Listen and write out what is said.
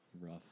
rough